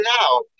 now